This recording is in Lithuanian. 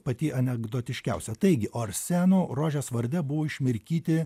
pati anekdotiškiausia taigi o arsenu rožės varde buvo išmirkyti